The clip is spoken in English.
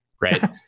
right